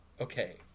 okay